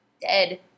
dead